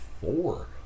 four